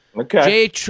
Okay